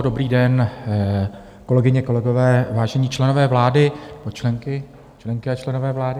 Dobrý den, kolegyně kolegové, vážení členové vlády a členky, členky a členové vlády.